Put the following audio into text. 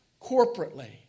corporately